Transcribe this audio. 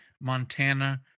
Montana